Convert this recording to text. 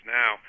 now